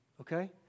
okay